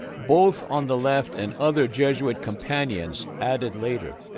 both on the left, and other jesuit companions added later.